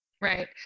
Right